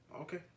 Okay